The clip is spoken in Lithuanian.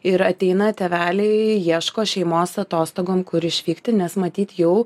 ir ateina tėveliai ieško šeimos atostogoms kur išvykti nes matyt jau